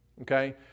Okay